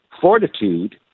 fortitude